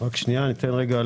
ברוכה הבאה.